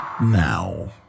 now